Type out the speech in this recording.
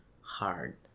hard